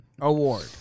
Award